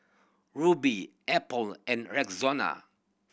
Rubi Apple and Rexona